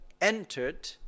entered